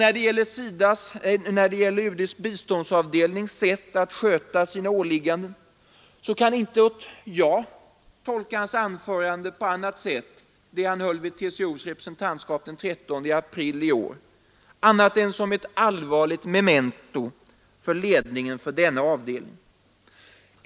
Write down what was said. När det gäller UD:s biståndsavdelnings sätt att sköta sina åligganden kan jag inte annat än tolka hans anförande vid TCO:s representantskap den 13 april i år som ett allvarligt memento för ledningen för denna avdelning.